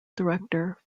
director